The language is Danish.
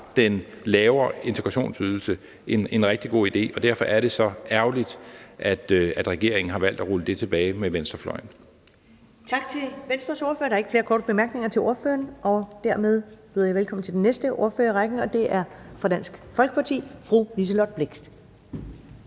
den lavere integrationsydelse en rigtig god idé, og derfor er det så ærgerligt, at regeringen har valgt at rulle det tilbage med venstrefløjen. Kl. 14:27 Første næstformand (Karen Ellemann): Tak til Venstres ordfører. Der er ikke flere korte bemærkninger til ordføreren, og dermed byder jeg velkommen til den næste ordfører i rækken, og det er fru Liselott Blixt